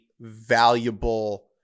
valuable